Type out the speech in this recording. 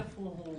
איפה הם?